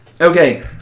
Okay